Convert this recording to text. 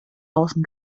außen